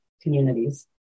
communities